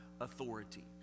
authority